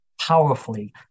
powerfully